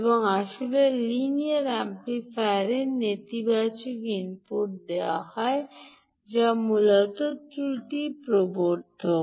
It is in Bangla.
এবং আসলে লিনিয়ার এম্প্লিফায়ার এর নেতিবাচক ইনপুট দেওয়া হয় যা মূলত ত্রুটি পরিবর্ধক